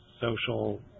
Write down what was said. social